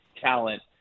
talent